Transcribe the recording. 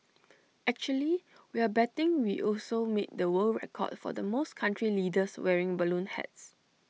actually we're betting we also made the world record for the most country leaders wearing balloon hats